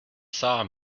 saw